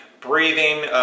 breathing